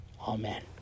amen